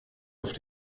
auf